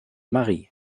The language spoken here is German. marie